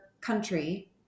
country